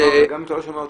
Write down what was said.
גם אם אתה לא שומע אותי,